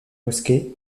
mosquée